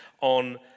on